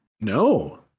No